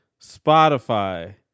Spotify